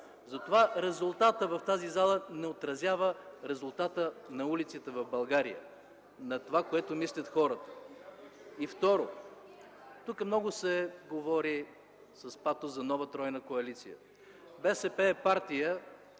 Затова резултатът в тази зала не отразява резултата на улиците в България, на това, което мислят хората. И второ, тук много се говори с патос за нова тройна коалиция. Българската